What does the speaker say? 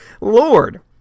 lord